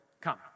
come